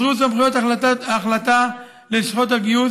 1. בוזרו סמכויות החלטה ללשכות הגיוס